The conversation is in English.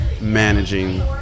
managing